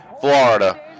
Florida